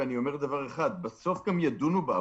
ואני אומר דבר אחד בסוף גם ידונו בה,